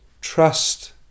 trust